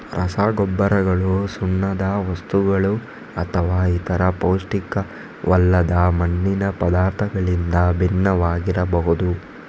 ರಸಗೊಬ್ಬರಗಳು ಸುಣ್ಣದ ವಸ್ತುಗಳುಅಥವಾ ಇತರ ಪೌಷ್ಟಿಕವಲ್ಲದ ಮಣ್ಣಿನ ಪದಾರ್ಥಗಳಿಂದ ಭಿನ್ನವಾಗಿರಬಹುದು